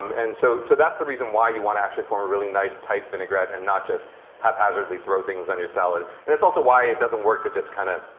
um and so so that's the reason why you want to actually form a really nice tight vinaigrette and not just haphazardly throw things on your salad. and it's also why it doesn't work to just kind of